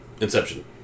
Inception